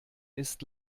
ist